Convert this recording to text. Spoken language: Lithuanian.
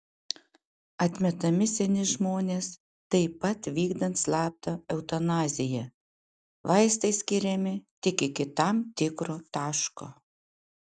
atmetami seni žmonės taip pat vykdant slaptą eutanaziją vaistai skiriami tik iki tam tikro taško